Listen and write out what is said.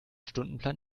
stundenplan